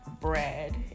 bread